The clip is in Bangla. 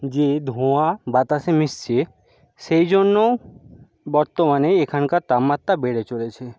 যে ধোঁয়া বাতাসে মিশছে সেই জন্য বর্তমানে এখানকার তাপমাত্রা বেড়ে চলেছে